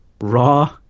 raw